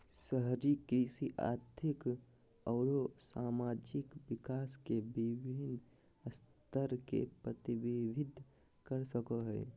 शहरी कृषि आर्थिक अउर सामाजिक विकास के विविन्न स्तर के प्रतिविंबित कर सक हई